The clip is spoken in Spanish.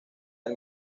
del